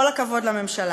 כל הכבוד לממשלה.